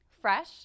fresh